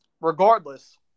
regardless